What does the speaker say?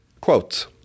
quote